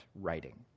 writing